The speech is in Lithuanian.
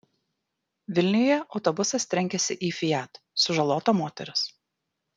vilniuje autobusas trenkėsi į fiat sužalota moteris